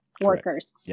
workers